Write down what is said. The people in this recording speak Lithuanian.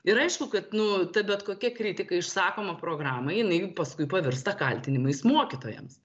ir aišku kad nu ta bet kokia kritika išsakoma programoj jinai paskui pavirsta kaltinimais mokytojams